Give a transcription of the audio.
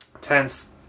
tense